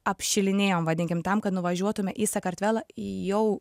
apšilinėjom vadinkim tam kad nuvažiuotume į sakartvelą jau